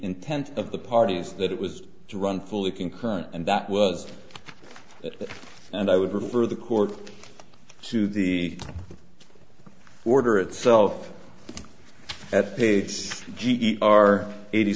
intent of the parties that it was to run fully concurrent and that well and i would refer the court to the order itself at page g e r eighty